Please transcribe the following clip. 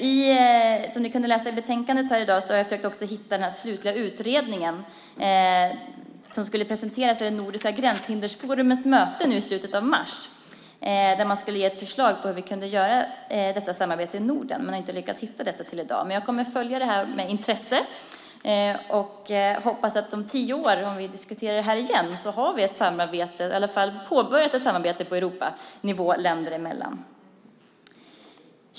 Som ni har kunnat läsa i betänkandet i dag har jag också försökt att hitta den slutliga utredning som skulle ha presenterats vid Nordiskt Gränshindersforums möte i slutet av mars, där man skulle ge ett förslag på hur vi kunde genomföra detta samarbete i Norden. Jag har inte lyckats hitta detta till i dag, men jag kommer att följa det här med intresse och hoppas att vi om vi diskuterar det här igen om tio år i alla fall har påbörjat ett samarbete på Europanivå länderna emellan.